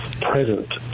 present